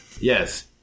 Yes